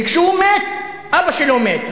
וכשהוא מת, אבא שלו מת.